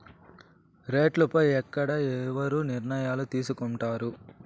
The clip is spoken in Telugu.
రేట్లు పై ఎక్కడ ఎవరు నిర్ణయాలు తీసుకొంటారు?